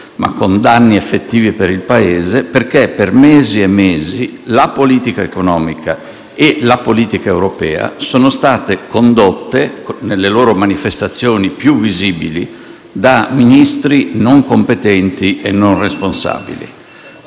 ma con danni effettivi per il Paese perché per mesi e mesi la politica economica e la politica europea sono state condotte, nelle loro manifestazioni più visibili, da Ministri non competenti e non responsabili.